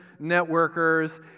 networkers